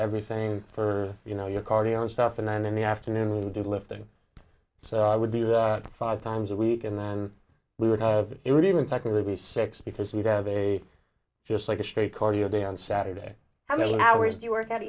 everything for you know your cardio and stuff and then in the afternoon do the lifting so i would do that five times a week and then we would it would even technically be six because we'd have a just like a straight cardio day on saturday how many hours do you work